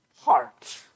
heart